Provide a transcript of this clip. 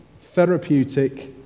Therapeutic